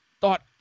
thought